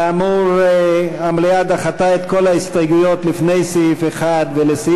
אנחנו נצביע על הסתייגות שמספרה (27) לאחר סעיף 1,